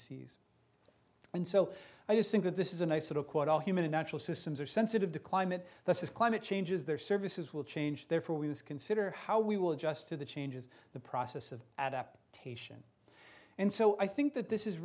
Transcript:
seas and so i just think that this is a nice little quote all human and natural systems are sensitive to climate this is climate change is their services will change therefore we must consider how we will adjust to the changes the process of adaptation and so i think that this is